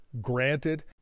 granted